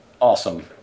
Awesome